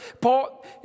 Paul